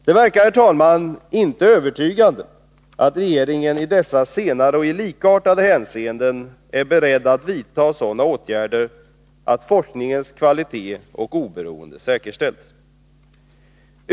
Det verkar inte övertygande att regeringen i dessa senare och likartade hänseenden är beredd att vidta sådana åtgärder att forskningens kvalitet och oberoende säkerställs.